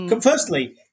Firstly